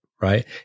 right